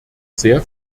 sehr